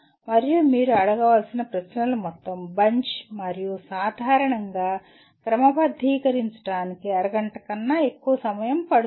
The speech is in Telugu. మరియు మీరు అడగవలసిన ప్రశ్నల మొత్తం బంచ్ మరియు సాధారణంగా క్రమబద్ధీకరించడానికి అరగంట కన్నా ఎక్కువ సమయం పడుతుంది